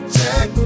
Check